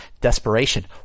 desperation